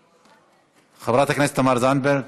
חברת הכנסת תמר זנדברג,